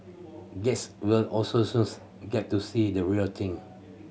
guest will also soon get to see the real thing